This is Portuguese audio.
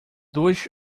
dois